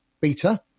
beta